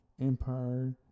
Empire